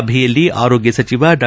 ಸಭೆಯಲ್ಲಿ ಆರೋಗ್ಯ ಸಚಿವ ಡಾ